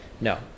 no